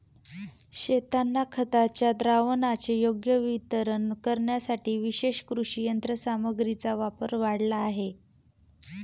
शेतांना खताच्या द्रावणाचे योग्य वितरण करण्यासाठी विशेष कृषी यंत्रसामग्रीचा वापर वाढला आहे